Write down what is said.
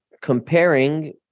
comparing